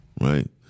Right